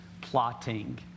plotting